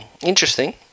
interesting